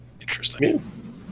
interesting